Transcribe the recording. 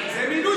הם אצלך.